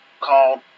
called